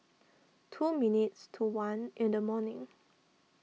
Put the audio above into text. two minutes to one in the morning